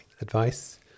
advice